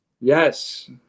Yes